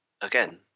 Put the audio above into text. again